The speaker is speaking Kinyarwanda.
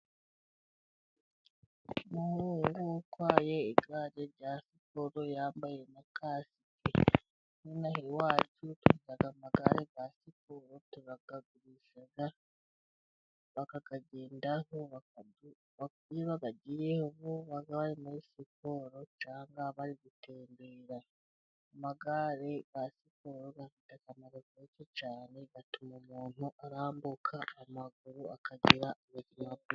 Umuhungu utwaye igare rya siporo Yambaye na kasike. N'ino aha iwacu tugira amagare ya siporo turayagurisha bakayagendaho. Iyo bayagiyeho baba bari muri siporo cyangwa bari gutembera. Amagare ya siporo afite akamaro kenshi cyane, atuma umuntu arambuka amaguru akagira ubuzima bwiza.